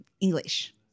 English